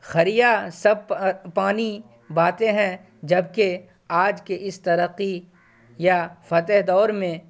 خیر یہ سب پرانی باتیں ہیں جب کہ آج کے اس ترقی یافتہ دور میں